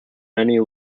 many